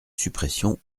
suppression